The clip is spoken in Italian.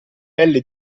pelle